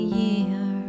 year